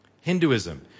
Hinduism